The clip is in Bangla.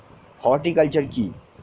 হর্টিকালচার কি?